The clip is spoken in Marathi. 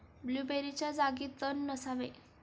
ब्लूबेरीच्या जागी तण नसावे